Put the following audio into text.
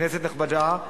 כנסת נכבדה,